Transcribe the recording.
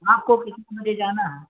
آپ کو کتنے بجے جانا ہے